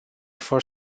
for